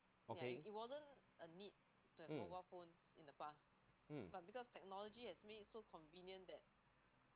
okay mm mm